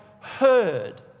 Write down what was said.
heard